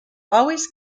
always